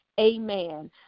amen